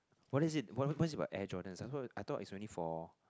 what is it what's about Air Jordans I heard I thought is only for